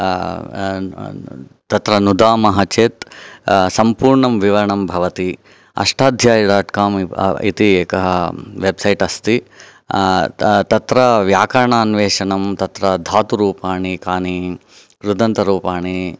तत्र नुदामः चेत् सम्पूर्णं विवरणं भवति अष्टाध्यायि डाट् काम् इति एकः वेब् सैट् अस्ति तत्र व्याकरणान्वेषणं तत्र धातुरूपाणि कानि कृदन्तरूपाणि